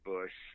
Bush